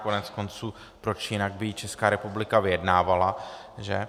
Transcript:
Koneckonců proč jinak by ji Česká republika vyjednávala, že?